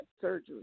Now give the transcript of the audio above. surgery